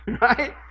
right